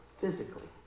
physically